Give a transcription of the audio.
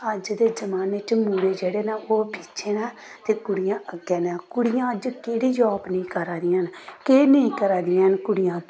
अज्ज दे जमाने च मुड़े जेह्ड़े न ओह् पिच्छें न ते कुड़ियां अग्गें न कुड़ियां अज्ज केह्ड़ी जाब नेईं करा दियां हैन केह् नेईं करा दियां हैन कुड़ियां